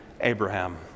Abraham